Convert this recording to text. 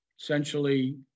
Essentially